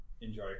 enjoy